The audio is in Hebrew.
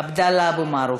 עבדאללה אבו מערוף.